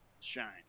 shine